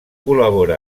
col·labora